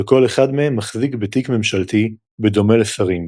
וכל אחד מהם מחזיק בתיק ממשלתי, בדומה לשרים.